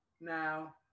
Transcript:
Now